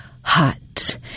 hot